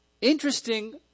Interesting